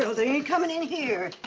so they ain't coming in here.